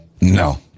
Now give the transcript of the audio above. no